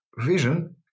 Vision